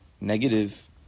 negative